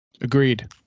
Agreed